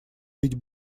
бить